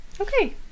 Okay